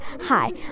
Hi